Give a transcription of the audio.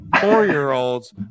four-year-olds